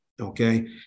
Okay